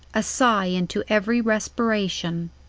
a sigh into every respiration.